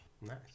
Nice